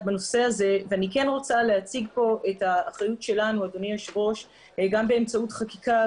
בנושא הזה ואני כן רוצה להציג כאן את האחריות שלנו גם באמצעות חקיקה.